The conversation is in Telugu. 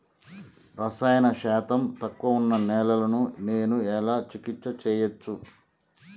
రసాయన శాతం తక్కువ ఉన్న నేలను నేను ఎలా చికిత్స చేయచ్చు?